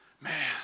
man